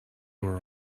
were